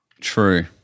True